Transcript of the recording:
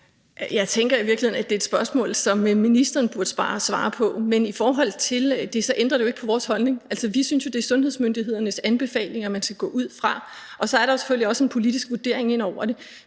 Jeg tænke, at det i virkeligheden er et spørgsmål, som ministeren burde svare på, men i forhold til det, ændrer det jo ikke på vores holdning. Altså, vi synes jo, det er sundhedsmyndighedernes anbefalinger, man skal gå ud fra, og så er der selvfølgelig også en politisk vurdering ind over det.